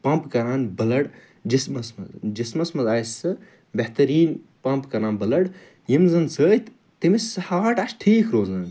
pump کران blood جِسمَس مَنٛز جِسمَس مَنٛز آسہِ سُہ بہتریٖن پَمپ کران بٕلڈ ییٚمہِ زَن سۭتۍ تٔمِس سُہ ہارٹ آسہِ ٹھیٖک روزان